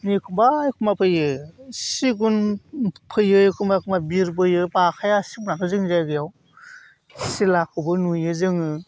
एखमब्ला एखमब्ला फैयो सिगुन फैयो एखमब्ला एखमब्ला बिरबोयो बाखाया सिगुनाथ' जोंनि जायगायाव सिलाखौबो नुयो जोङो